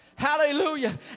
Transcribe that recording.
Hallelujah